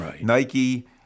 Nike